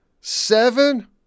seven